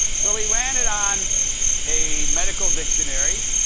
so we ran it on a medical dictionary.